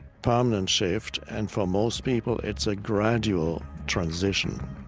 permanent shift, and for most people it's a gradual transition.